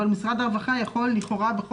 הרווחה והבריאות בנושא: הצעת צו הביטוח